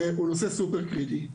והוא נושא סופר קריטי.